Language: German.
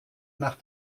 nach